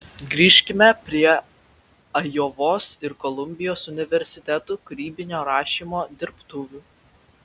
grįžkime prie ajovos ir kolumbijos universitetų kūrybinio rašymo dirbtuvių